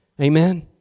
Amen